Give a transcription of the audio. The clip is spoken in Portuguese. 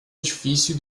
difícil